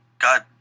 god